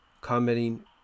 commenting